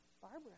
Barbara